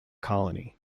colony